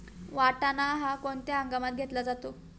वाटाणा हा कोणत्या हंगामात घेतला जातो?